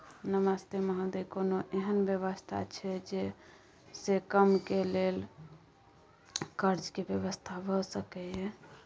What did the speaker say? नमस्ते महोदय, कोनो एहन व्यवस्था छै जे से कम के लेल कर्ज के व्यवस्था भ सके ये?